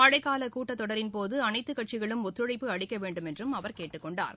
மழைக் காலகூட்டத்தொடரின் போதுஅனைத்துக் கட்சிகளும் ஒத்துழைப்பு அளிக்கவேண்டும் என்றும் அவர் கேட்டுக்கொண்டார்